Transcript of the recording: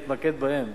להתמקד בהם,